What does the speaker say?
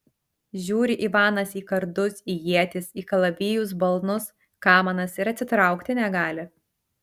žiūri ivanas į kardus į ietis į kalavijus balnus kamanas ir atsitraukti negali